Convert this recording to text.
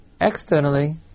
externally